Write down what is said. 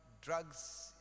drugs